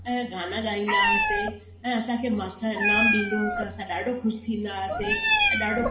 ऐं गाना ॻाईंदा हुआसीं ऐं असांखे मास्टर ईनामु ॾींदो हुओ त असां ॾाढो ख़ुशि थींदा हुआसीं ऐं ॾाढो